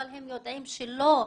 אבל הם יודעים שלא.